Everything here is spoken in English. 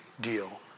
deal